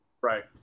right